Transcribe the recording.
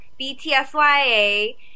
BTSYA